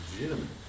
legitimate